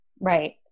Right